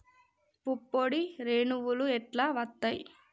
పుప్పొడి రేణువులు ఎట్లా వత్తయ్?